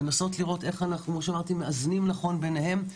לראות איך אנחנו מאזנים נכון ביניהם.